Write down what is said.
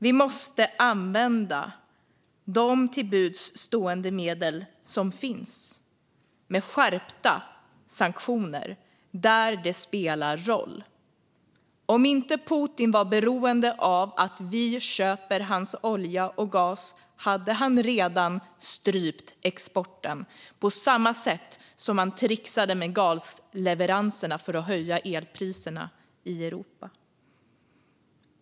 Vi måste använda alla till buds stående medel med skärpta sanktioner där de spelar roll. Om inte Putin var beroende av att vi köper hans olja och gas hade han redan strypt exporten på samma sätt som han trixade med gasleveranserna för att höja elpriserna i Europa.